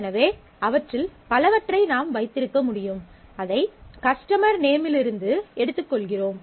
எனவே அவற்றில் பலவற்றை நாம் வைத்திருக்க முடியும் அதை கஸ்டமர் நேமிலிருந்து எடுத்துக்கொள்கிறோம்